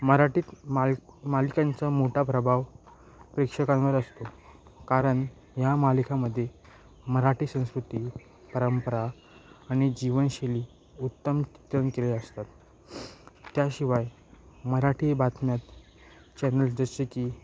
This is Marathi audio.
मराठीत माल मालिकांचा मोठा प्रभाव प्रेक्षकांवर असतो कारण या मालिकेमध्ये मराठी संस्कृती परंपरा आणि जीवनशैली उत्तम चित्रण केले असतात त्याशिवाय मराठी बातम्यात चॅनल्स जसे की